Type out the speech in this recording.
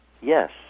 Yes